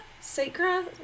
Sacra